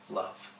love